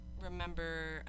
remember